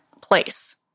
place